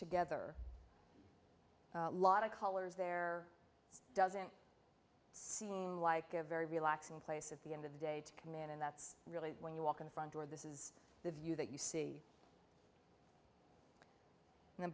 together lot of colors there doesn't seem like a very relaxing place at the end of the day to command and that's really when you walk in the front door this is the view that you see